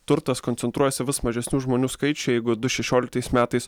turtas koncentruojasi vis mažesnių žmonių skaičiui jeigu du šešioliktais metais